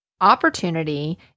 opportunity